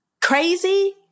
crazy